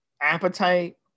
appetite